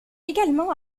également